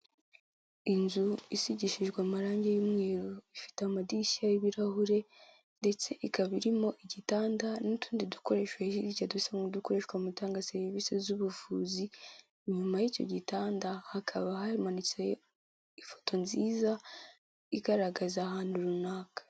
Inzu isigishijwe amarangi y'umweru ifite amadirishya y'ibirahure ndetse ikaba irimo igitanda n'utundi dukoresho hirya dusa n'udukoreshwa mu gutanga serivisi z'ubuvuzi, inyuma y'icyo gitanda hakaba hamanitse ifoto nziza igaragaza ahantu runaka.